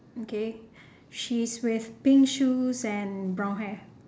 okay she's with pink shoes and brown hair